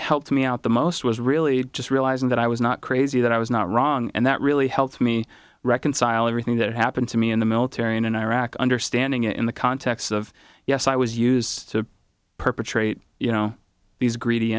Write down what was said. helped me out the most was really just realizing that i was not crazy that i was not wrong and that really helped me reconcile everything that happened to me in the military and in iraq understanding it in the context of yes i was used to perpetrate you know these greedy